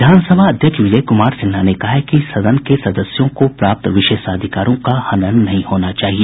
विधानसभा अध्यक्ष विजय कुमार सिन्हा ने कहा है कि सदन के सदस्यों को प्राप्त विशेषाधिकारों का हनन नहीं होना चाहिए